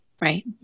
right